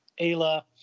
Ayla